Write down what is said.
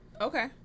Okay